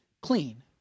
clean